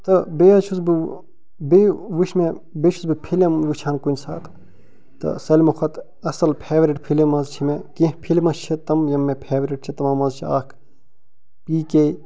تہٕ بیٚیہِ حظ چھُس بہٕ بیٚیہِ وٕچھ مےٚ بیٚیہِ چھُس بہٕ فِلم وٕچھان کُنہِ ساتہٕ تہٕ سٲلِمو کھۄتہٕ اصل فیٚورٹ فِلم حظ چھِ مےٚ کیٚنہہ فلمہٕ چھِ تم یِم مےٚ فیٚورٹ چھِ تِمو منٛز چھِ اکھ پی کے